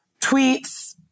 tweets